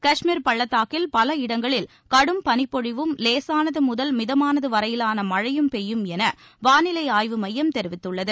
காஷ்மீர் பள்ளத்தாக்கில் பல இடங்களில் கடும் பளிப்பொழிவும் லேசானது முதல் மிதமானது வரையிலான மழையும் பெய்யும் என வாளிலை ஆய்வு மையம் தெரிவித்துள்ளது